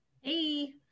Hey